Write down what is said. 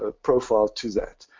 ah profile to that.